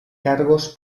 cargos